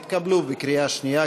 התקבלו בקריאה שנייה,